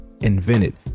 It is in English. invented